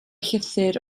llythyr